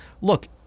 look